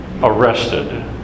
arrested